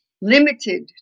limited